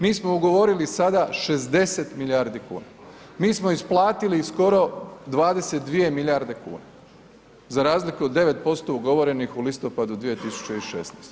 Mi smo ugovorili sada 60 milijardi kuna, mi smo isplatili skoro 22 milijarde kuna, za razliku od 9% ugovorenih u listopadu 2016.